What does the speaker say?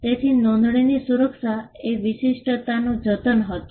તેથી નોંધણીની સુરક્ષા એ વિશિષ્ટતાનું જતન હતું